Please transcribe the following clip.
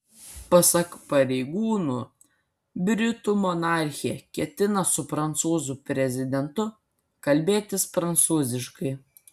pasak pareigūnų britų monarchė ketina su prancūzų prezidentu kalbėtis prancūziškai